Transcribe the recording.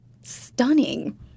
stunning